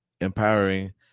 empowering